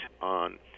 on